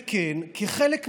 וכן, כחלק מהחיים,